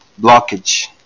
blockage